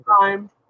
time